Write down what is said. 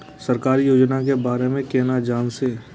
सरकारी योजना के बारे में केना जान से?